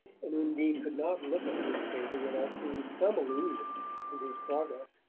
and undine could not look at a newspaper without seeing some allusion to his progress.